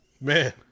Man